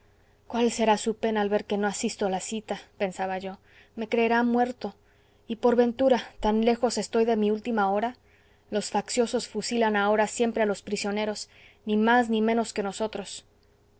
cuál será su pena al ver que no asisto a la cita pensaba yo me creerá muerto y por ventura tan lejos estoy de mi última hora los facciosos fusilan ahora siempre a los prisioneros ni más ni menos que nosotros